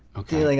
okay. like